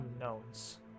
unknowns